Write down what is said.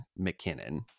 mckinnon